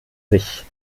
sich